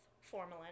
formalin